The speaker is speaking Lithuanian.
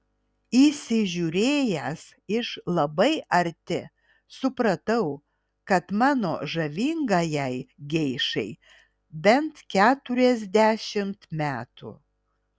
įsižiūrėjęs iš labai arti supratau kad mano žavingajai geišai bent keturiasdešimt metų